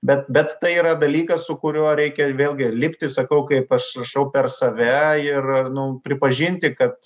bet bet tai yra dalykas su kuriuo reikia vėlgi lipti sakau kaip aš rašau per save ir nu pripažinti kad